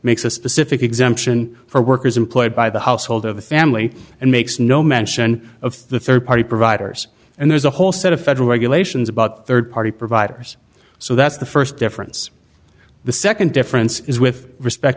makes a specific exemption for workers employed by the household of a family and makes no mention of the rd party providers and there's a whole set of federal regulations about rd party providers so that's the st difference the nd difference is with respect